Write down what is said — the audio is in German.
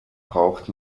braucht